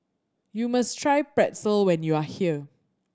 you must try Pretzel when you are here